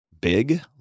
Big